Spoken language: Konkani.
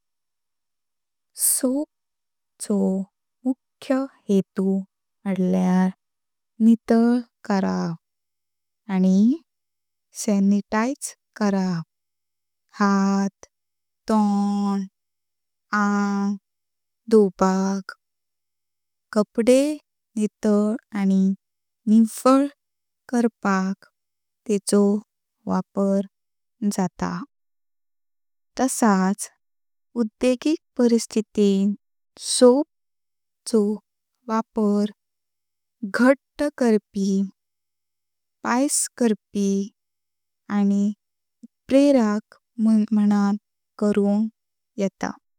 सोप चो मुख्य हेतू म्हुटल्यार नितळ करप आनी सॅनिटाइज करप। हात, तोंड, आंग धुवपाक, कपडे नितळ आनी निळव करपाक तेचो वापर जाता। तसाच उद्योगिक परिस्थितींत सोप चो वापर घट्ट करपी, पायास करपी आनी उत्प्रेरक म्हुणन करुंक येता।